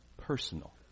personal